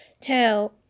tell